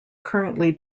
currently